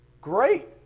Great